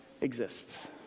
exists